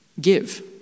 Give